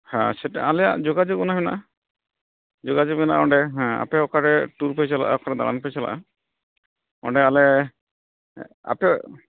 ᱦᱮᱸ ᱥᱮᱴᱟ ᱟᱞᱮᱭᱟᱜ ᱡᱳᱜᱟᱡᱳᱜᱽ ᱚᱱᱟ ᱦᱮᱱᱟᱜᱼᱟ ᱡᱳᱜᱟᱡᱳᱜᱽ ᱢᱮᱱᱟᱜᱼᱟ ᱚᱸᱰᱮ ᱦᱮᱸ ᱟᱯᱮ ᱚᱠᱟᱨᱮ ᱴᱩᱨ ᱯᱮ ᱪᱟᱞᱟᱜᱼᱟ ᱚᱠᱟᱨᱮ ᱫᱟᱬᱟᱱ ᱯᱮ ᱪᱟᱞᱟᱜᱼᱟ ᱚᱸᱰᱮ ᱟᱞᱮ ᱟᱯᱮ